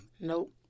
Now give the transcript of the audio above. Nope